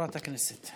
חברת הכנסת.